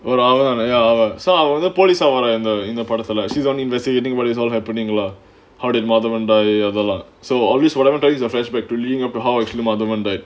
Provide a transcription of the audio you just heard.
so அவ வந்து:ava vanthu police ah வர இந்த இந்த படத்துல:vara intha intha padaththula she's only investigating whether it's all happening lah hearted mother and daddy are the law so obvious whatever days a flashback to leading up to the monument that